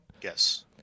Yes